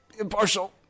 Impartial